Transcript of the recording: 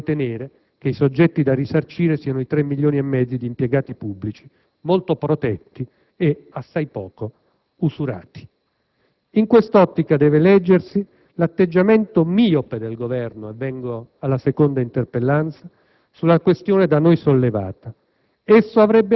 (a meno di non ritenere che i soggetti da risarcire siano i tre milioni e mezzo di impiegati pubblici, molto protetti e assai poco usurati). In quest'ottica deve leggersi l'atteggiamento miope del Governo - e vengo alla seconda interpellanza - sulla questione da noi sollevata;